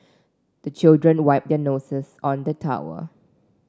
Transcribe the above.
the children wipe their noses on the towel